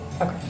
Okay